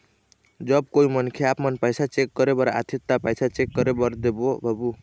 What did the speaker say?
जब कोई मनखे आपमन पैसा चेक करे बर आथे ता पैसा चेक कर देबो बाबू?